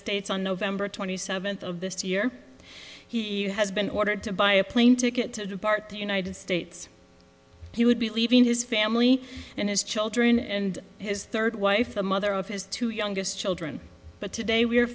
states on november twenty seventh of this year he has been ordered to buy a plane ticket to depart the united states he would be leaving his family and his children and his third wife the mother of his two youngest children but today we